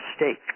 mistake